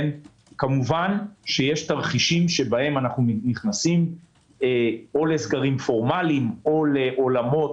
כמובן שיש תרחישים שבהם אנחנו נכנסים או לסגרים פורמליים או לעולמות